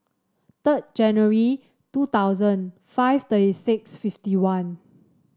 third January two thousand five thirty six fifty one